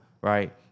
right